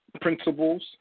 principles